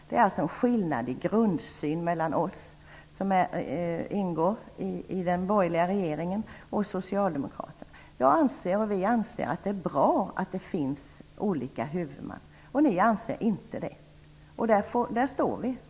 Det är alltså en skillnad i grundsyn mellan oss som ingår i den borgerliga regeringen och socialdemokraterna. Vi anser att det är bra att det finns olika huvudmän. Ni anser inte det. Där står vi.